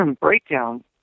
breakdown